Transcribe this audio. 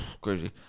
crazy